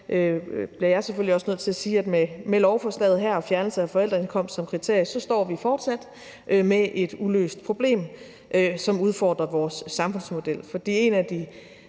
bliver jeg selvfølgelig også nødt til at sige, at med lovforslaget her om en fjernelse af forældreindkomst som kriterie står vi fortsat med et uløst problem, som udfordrer vores samfundsmodel. For en af de